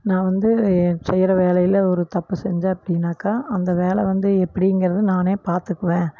நான் வந்து செய்கிற வேலையில் ஒரு தப்பு செஞ்சேன் அப்படினாக்கா அந்த வேலை வந்து எப்படிங்கிறத நானே பார்த்துக்குவேன்